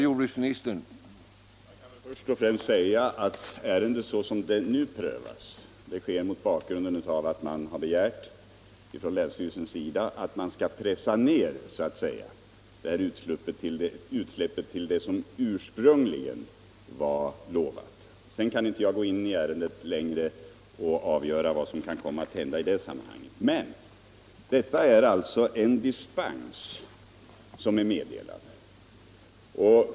Herr talman! Att ärendet nu prövas beror på att länsstyrelsen begärt att man skall pressa ned utsläppet till den nivå som man ursprungligen hade tillstånd till. Jag kan sedan inte avgöra vad som kan komma att hända i det sammanhanget. Men detta är alltså en dispens som har meddelats.